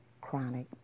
chronic